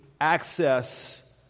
access